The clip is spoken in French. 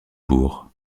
bourg